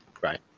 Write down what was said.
right